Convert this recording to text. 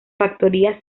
factoría